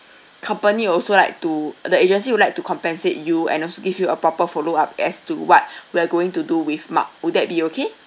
company also like to the agency would like to compensate you and also give you a proper follow up as to what we are going to do with mark would that be okay